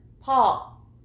Paul